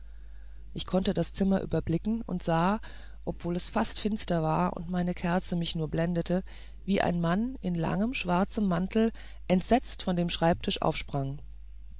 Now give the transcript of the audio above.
ich konnte das zimmer überblicken und sah obwohl es fast finster war und meine kerze mich nur blendete wie ein mann in langem schwarzem mantel entsetzt vor einem schreibtisch aufsprang